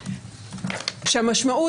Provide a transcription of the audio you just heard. כשהמשמעות,